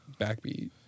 backbeat